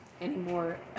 anymore